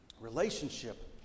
relationship